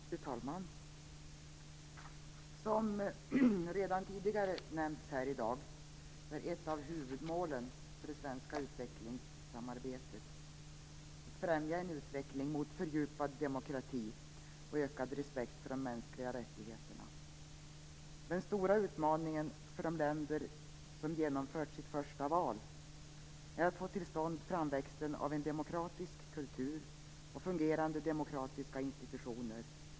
Fru talman! Som redan tidigare nämnts här i dag är ett av huvudmålen för det svenska utvecklingssamarbetet att främja en utveckling mot fördjupad demokrati och ökad respekt för de mänskliga rättigheterna. Den stora utmaningen för de länder som genomfört sitt första val är att få till stånd framväxten av en demokratiskt kultur och fungerande demokratiska institutioner.